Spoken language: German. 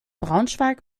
braunschweig